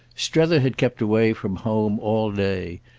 strether had kept away from home all day,